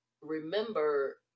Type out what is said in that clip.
remember